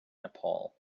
nepal